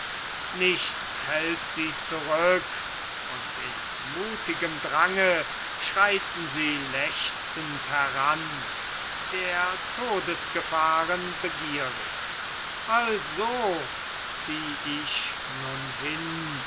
nichts hält sie zurück und in mutigem drange schreiten sie lechzend heran der todesgefahren begierig also zieh ich nun hin